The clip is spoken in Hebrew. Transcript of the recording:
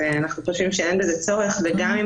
אז אנחנו חושבים שאין בזה צורך וגם אם